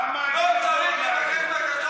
גם אם חופש הביטוי והמחאה הוא ביטוי של תמיכה בארגון טרור,